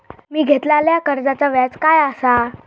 मी घेतलाल्या कर्जाचा व्याज काय आसा?